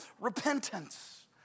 repentance